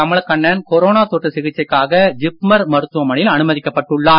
Kamalakannan corona தொற்று சிகிச்சைக்காக ஜிப்மர் மருத்துவமனையில் அனுமதிக்கப்பட்டு உள்ளார்